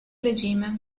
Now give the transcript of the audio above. regime